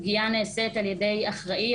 הפגיעה נעשית על ידי אחראי,